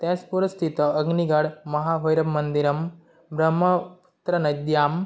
तयास्पुरस्थित अग्निगड् महाभैरवमन्दिरं ब्रह्मपुत्रनद्यां